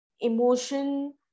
emotion